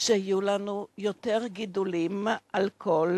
שיהיו לנו יותר גידולים על כל